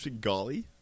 Golly